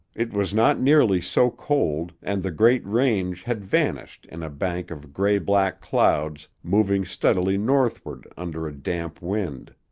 it was not nearly so cold and the great range had vanished in a bank of gray-black clouds moving steadily northward under a damp wind.